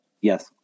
Yes